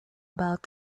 about